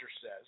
says